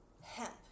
hemp